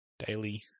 daily